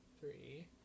Three